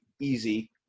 easy